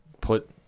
put